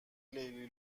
لیلی